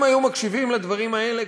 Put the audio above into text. אם היו מקשיבים לדברים האלה,